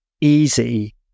easy